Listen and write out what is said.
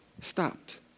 stopped